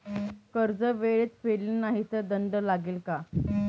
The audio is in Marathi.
कर्ज वेळेत फेडले नाही तर दंड लागेल का?